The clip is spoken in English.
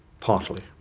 partly.